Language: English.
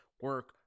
Work